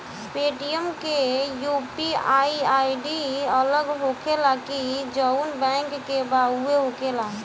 Paytm के UPI ID अलग होखेला की जाऊन बैंक के बा उहे होखेला?